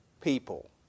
people